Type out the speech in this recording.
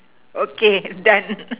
okay done